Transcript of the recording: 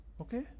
Okay